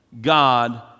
God